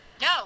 No